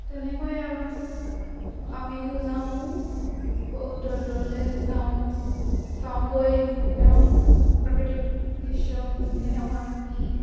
তেনেকৈ আৰু আমিও যাওঁ বহুত দূৰ দূৰলৈ যাওঁ চাওঁগৈ তেওঁ প্ৰাকৃতিক দৃশ্য কেনেকুৱা কি